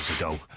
ago